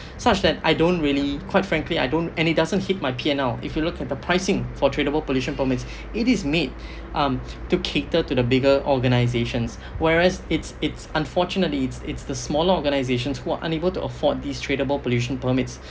such that I don't really quite frankly I don't and it doesn't hit my P_M_O if you look at the pricing for tradable pollution permits it is made um to cater to the bigger organisations whereas it's it's unfortunately it's it's the smaller organisations who are unable to afford these tradable pollution permits